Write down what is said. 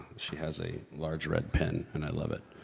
she has a large red pen and i love it!